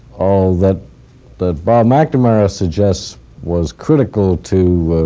that that bob mcnamara suggests was critical to